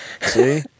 See